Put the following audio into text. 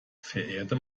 verehrte